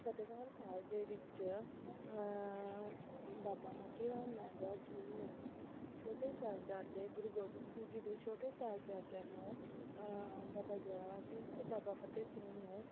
ਫਤਿਹਗੜ੍ਹ ਸਾਹਿਬ ਦੇ ਵਿੱਚ ਬਾਬਾ ਮੋਤੀ ਰਾਮ ਮਹਿਰਾ ਜੀ ਨੇ ਛੋਟੇ ਸਾਹਿਬਜ਼ਾਦੇ ਗੁਰੂ ਗੋਬਿੰਦ ਸਿੰਘ ਜੀ ਦੇ ਛੋਟੇ ਸਾਹਿਬਜ਼ਾਦਿਆਂ ਨੂੰ ਬਾਬਾ ਜ਼ੋਰਾਵਰ ਸਿੰਘ ਅਤੇ ਬਾਬਾ ਫਤਿਹ ਸਿੰਘ ਨੂੰ